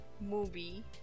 movie